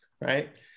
right